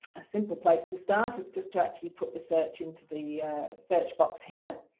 a simple place to start is just to actually put the search into the search box here,